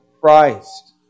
Christ